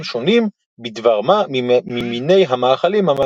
שונים בדבר מה ממיני המאכלים האחרים.